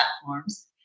platforms